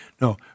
No